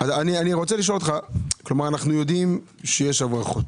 אנו יודעים שיש הברחות.